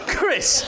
Chris